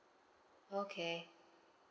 okay